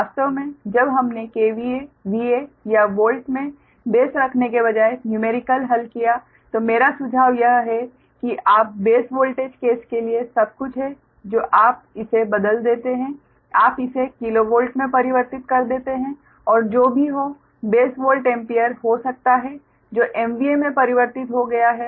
वास्तव में जब हमने KVA VA या वोल्ट में बेस रखने के बजाय न्यूमेरिकल हल किया तो मेरा सुझाव यह है कि आप बेस वोल्टेज केस के लिए सब कुछ हैं जो आप इसे बदल देते हैं आप इसे किलोवोल्ट में परिवर्तित कर देते हैं और जो भी हो बेस वोल्ट एम्पीयर हो सकता है जो MVA में परिवर्तित हो गया है